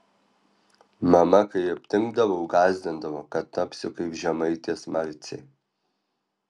mama kai aptingdavau gąsdindavo kad tapsiu kaip žemaitės marcė